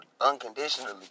unconditionally